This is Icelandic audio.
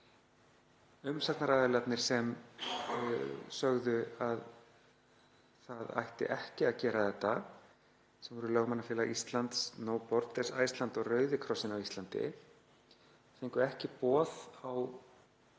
Umsagnaraðilarnir sem sögðu að það ætti ekki að gera þetta, sem voru Lögmannafélag Íslands, No Borders Iceland og Rauði krossinn á Íslandi, fengu ekki boð á